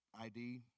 ID